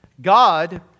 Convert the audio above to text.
God